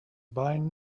buying